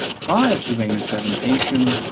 prior to raymond's presentation,